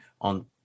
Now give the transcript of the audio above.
on